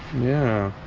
yeah